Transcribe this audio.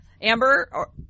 Amber